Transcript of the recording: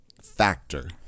factor